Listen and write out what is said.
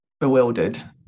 bewildered